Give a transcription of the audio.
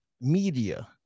media